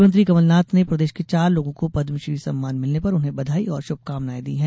मुख्यमंत्री कमलनाथ ने प्रदेश के चार लोगों को पदमश्री सम्मान मिलने पर उन्हें बधाई और शुभकामनाएँ दी हैं